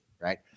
right